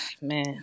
man